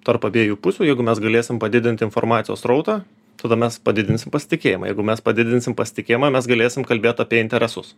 tarp abiejų pusių jeigu mes galėsim padidinti informacijos srautą tada mes padidinsim pasitikėjimą jeigu mes padidinsim pasitikėjimą mes galėsim kalbėt apie interesus